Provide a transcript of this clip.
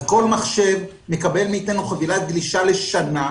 כל מחשב מקבל מאתנו חבילת גלישה לשנה,